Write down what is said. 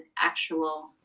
actual